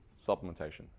supplementation